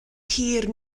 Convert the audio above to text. hir